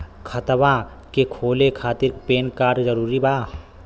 खतवा के खोले खातिर पेन कार्ड जरूरी बा?